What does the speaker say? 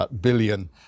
billion